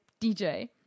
DJ